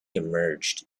emerged